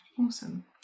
Awesome